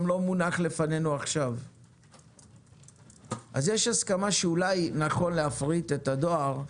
יש הסכמה שאולי נכון להפריט את הדואר,